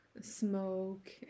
smoke